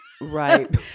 right